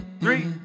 three